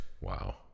Wow